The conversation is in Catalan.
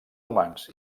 humans